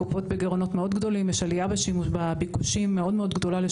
הקופות בגירעונות מאוד גדולים ויש עלייה בביקושים בשירות הבריאות.